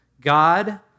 God